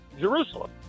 Jerusalem